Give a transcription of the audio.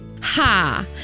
Ha